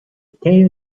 tell